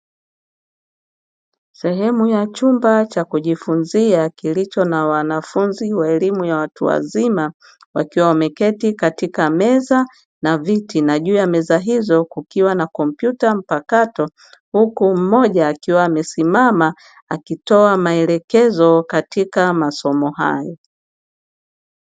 Sehemu ya chumba cha kujifunzia kilicho na wanafunzi wa elimu ya watu wazima wakiwa wameketi katika meza na viti na juu ya meza hizo kukiwa na kompyuta mpakato, huku mmoja akiwa amesimama akitoa maelekezo katika masomo hayo.